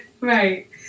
Right